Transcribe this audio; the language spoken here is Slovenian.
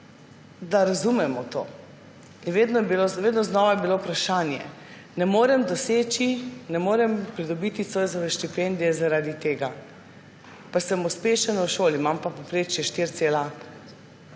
razumemo to. Vedno znova je bilo vprašanje: »Ne morem doseči, ne morem pridobiti Zoisove štipendije zaradi tega, pa sem uspešen v šoli, imam povprečje 4,6